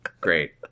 Great